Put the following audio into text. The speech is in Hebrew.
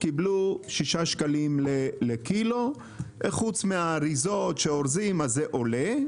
קיבלו שישה שקלים לקילו חוץ מהאריזות שאורזים אז זה עולה,